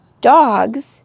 dogs